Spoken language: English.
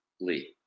Lee